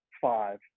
five